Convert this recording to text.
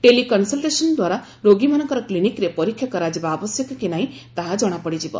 ଟେଲି consultation ଦ୍ୱାରା ରୋଗୀମାନଙ୍କର କ୍ଲିନିକ୍ରେ ପରୀକ୍ଷା କରାଯିବା ଆବଶ୍ୟକ କି ନାହିଁ ତାହା ଜଣାପଡ଼ିଯିବ